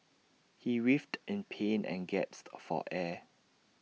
he writhed in pain and gasped for air